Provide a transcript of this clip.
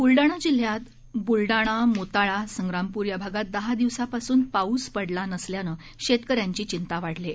ब्लडाणा जिल्ह्यात ब्लडाणा मोताळा संग्रामपूर या भागात दहा दिवसांपासून पाऊस पडला नसल्यानं शेतक यांची चिंता वाढली आहे